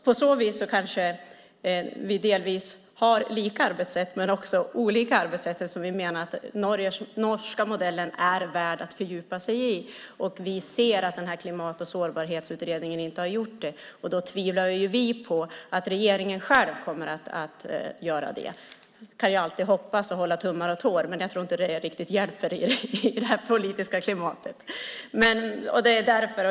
På så vis kanske vi delvis har lika arbetssätt, men också olika arbetssätt eftersom vi menar att den norska modellen är värd att fördjupa sig i. Vi ser att Klimat och sårbarhetsutredningen inte har gjort det, och då tvivlar ju vi på att regeringen själv kommer att göra det. Vi kan alltid hoppas och hålla tummar och tår, men jag tror inte att det riktigt hjälper i det här politiska klimatet.